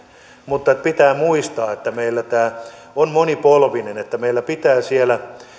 mutta pitää muistaa että meillä tämä on monipolvista meillä pitää siellä